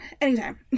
anytime